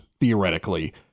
theoretically